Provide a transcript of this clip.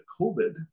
COVID